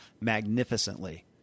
magnificently